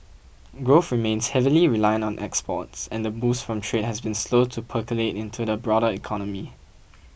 growth remains heavily reliant on exports and the boost from trade has been slow to percolate into the broader economy